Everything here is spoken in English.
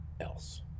else